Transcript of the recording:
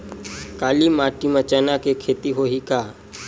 काली माटी म चना के खेती होही का?